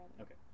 Okay